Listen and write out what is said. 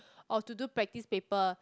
or to do practice paper